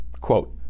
Quote